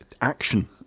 action